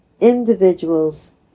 individuals